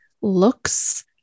looks